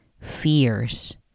fears